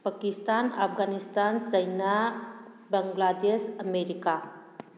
Pakistan Afghanistan China Bangladesh America